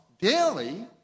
daily